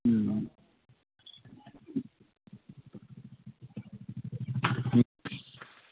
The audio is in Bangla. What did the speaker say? হুম